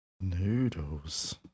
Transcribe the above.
Noodles